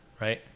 right